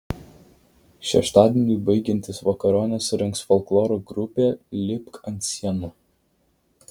šeštadieniui baigiantis vakaronę surengs folkloro grupė lipk ant sienų